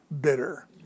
bitter